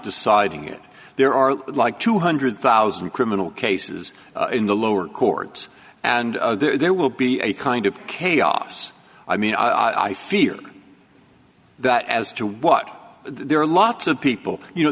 deciding it there are like two hundred thousand criminal cases in the lower courts and there will be a kind of chaos i mean i fear that as to what there are lots of people you know